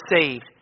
saved